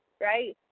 right